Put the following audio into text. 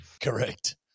Correct